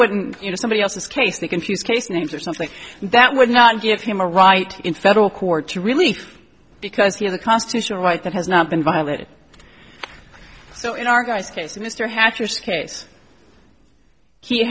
wouldn't you know somebody else's case they confuse case names or something that would not give him a right in federal court to release because he has a constitutional right that has not been violated so in our guy's case mr hatteras case he